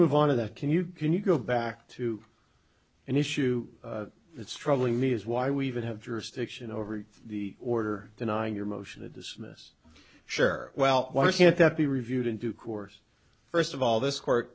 move on to that can you can you go back to an issue that's troubling me is why we even have jurisdiction over the order denying your motion to dismiss sure well why shouldn't that be reviewed in due course first of all this court